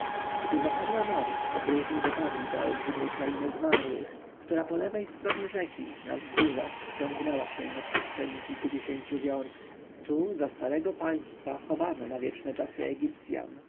gdy zapadła noc podróżni dotarli do olbrzymiej krainy zmarłych która po lewej stronie rzeki na wzgórzach ciągnęła się na przestrzeni kilkudziesięciu wiorst tu za starego państwa chowano na wieczne czasy egipcjan